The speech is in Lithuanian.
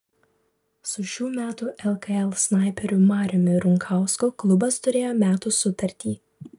su šių metų lkl snaiperiu mariumi runkausku klubas turėjo metų sutartį